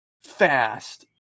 fast